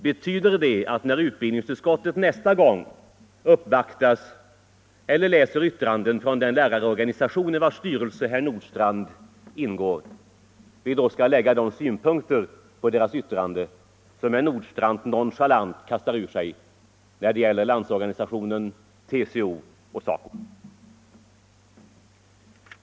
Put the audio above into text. Betyder det att utbildningsutskottet som uppvaktas av eller får in yttranden från den lärarorganisation i vars styrelse herr Nordstrandh ingår skall anlägga de synpunkter på dessa meningsyttringar som herr Nordstrandh nonchalant kastar ur sig när det gäller LO:s, TCO:s och SACO:s yttranden?